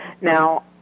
Now